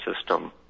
system